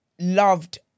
loved